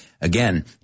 Again